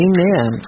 Amen